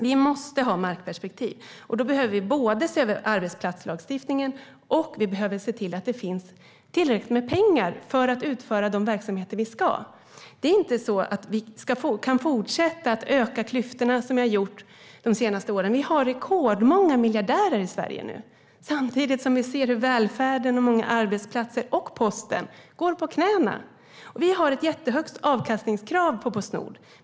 Vi måste ha ett markperspektiv, och då behöver vi både se över arbetsmiljölagstiftningen och se till att det finns tillräckligt med pengar för att utföra de verksamheter som man ska. Vi kan inte fortsätta att öka klyftorna som vi har gjort de senaste åren. Vi har rekordmånga miljardärer i Sverige nu samtidigt som vi ser hur välfärden och många arbetsplatser, till exempel posten, går på knäna. Vi har ett jättehögt avkastningskrav på Postnord.